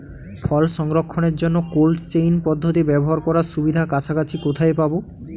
ফল সংরক্ষণের জন্য cold chain পদ্ধতি ব্যবহার করার সুবিধা কাছাকাছি কোথায় পাবো?